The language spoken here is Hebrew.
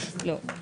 לא?